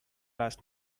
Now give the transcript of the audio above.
last